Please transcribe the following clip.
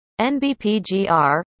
NBPGR